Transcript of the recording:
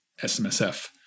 SMSF